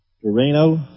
Torino